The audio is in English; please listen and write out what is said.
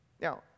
Now